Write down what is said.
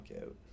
out